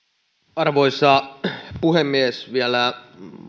arvoisa puhemies vielä